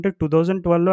2012